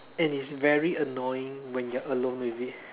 and it's very annoying when you're alone with it